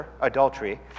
adultery